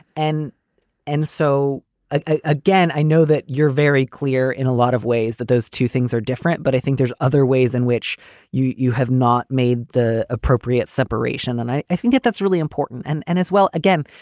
and and so i again, i know that you're very clear in a lot of ways that those two things are different. but i think there's other ways in which you you have not made the appropriate separation. and i i think that that's really important. and and as well, again,